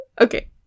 okay